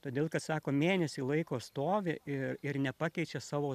todėl kad sako mėnesį laiko stovi ir ir nepakeičia savo